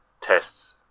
tests